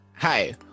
Hi